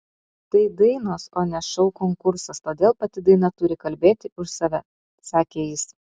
tai dainos o ne šou konkursas todėl pati daina turi kalbėti už save sakė jis